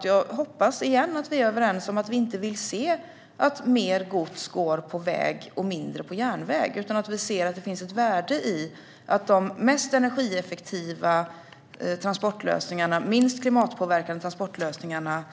Jag hoppas igen att vi är överens om att vi inte vill se att mer gods går på väg och mindre på järnväg. Vi ser att det finns ett värde i och är viktigt att vi säkerställer goda konkurrensvillkor för de mest energieffektiva och minst klimatpåverkande transportlösningarna.